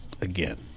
again